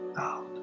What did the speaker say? out